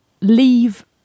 leave